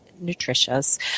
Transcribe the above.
nutritious